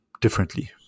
differently